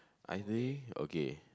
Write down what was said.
I think okay